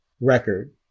record